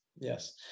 Yes